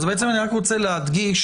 אני רוצה להדגיש,